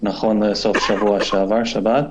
נכון לסוף השבוע שעבר, שבת.